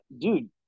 dude